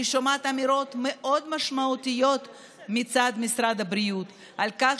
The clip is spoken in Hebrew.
אני שומעת אמירות מאוד משמעותיות מצד משרד הבריאות על כך